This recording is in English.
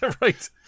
right